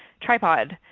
tripod,